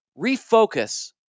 refocus